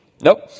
Nope